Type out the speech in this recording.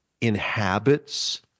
inhabits